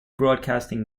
broadcasting